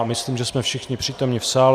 Myslím, že jsme všichni přítomni v sále.